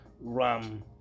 Ram